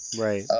Right